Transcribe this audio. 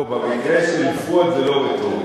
לא, במקרה של פואד זה לא רטורי.